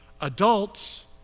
Adults